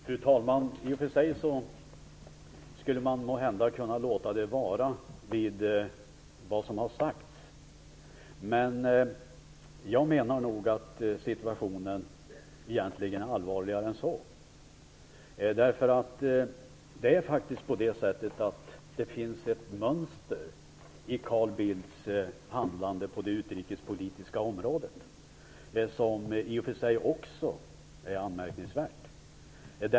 Fru talman! I och för sig skulle man måhända kunna låta det bero med vad som har sagts, men jag menar att situationen är allvarligare än så. Det är faktiskt så att det finns ett mönster i Carl Bildts handlande på det utrikespolitiska området som också är anmärkningsvärt.